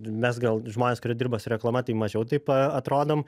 mes gal žmonės kurie dirba su reklama tai mažiau taip atrodom